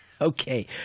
Okay